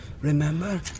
remember